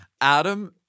Adam